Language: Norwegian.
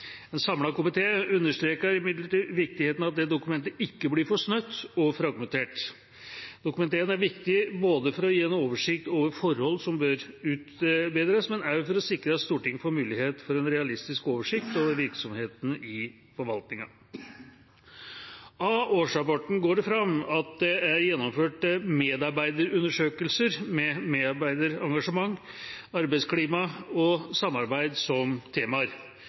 understreker imidlertid viktigheten av at det dokumentet ikke blir for snaut og fragmentert. Dokument 1 er viktig for å gi en oversikt over forhold som bør utbedres, men også for å sikre at Stortinget får mulighet for en realistisk oversikt over virksomheten i forvaltningen. Av årsrapporten går det fram at det er gjennomført medarbeiderundersøkelser med medarbeiderengasjement, arbeidsklima og samarbeid som temaer.